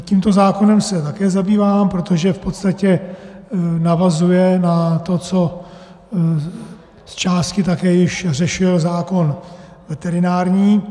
Tímto zákonem se také zabývám, protože v podstatě navazuje na to, co zčásti také již řešil zákon veterinární.